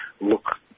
look